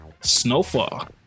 Snowfall